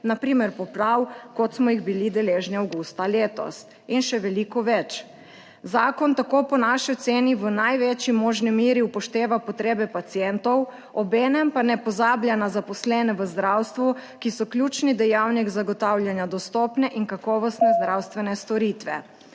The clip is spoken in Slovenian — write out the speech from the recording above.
na primer poplav, kot smo jih bili deležni avgusta letos, in še veliko več. Zakon tako po naši oceni v največji možni meri upošteva potrebe pacientov, obenem pa ne pozablja na zaposlene v zdravstvu, ki so ključni dejavnik zagotavljanja dostopne in kakovostne zdravstvene storitve.